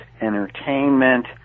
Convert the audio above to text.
entertainment